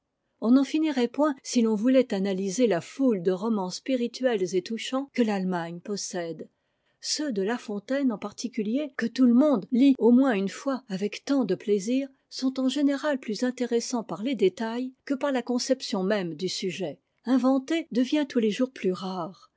on n'en finirait point si l'on voulait analyser a foule de romans spirituels et touchants que l'allemagne possède ceux de la fontaine en particulier que tout le monde lit au moins une fois avec tant de plaisir sont en général plus intéressants par les détails que par la conception même du sujet inventer devient tous les jours plus rare